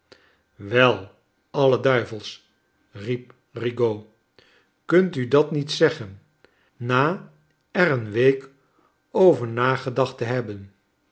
alle duivels riep rigaud kunt u dat niet zeggen na er een week over nagedacht te hebben